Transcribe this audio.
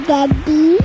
Daddy